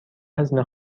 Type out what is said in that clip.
هزینه